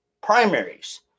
primaries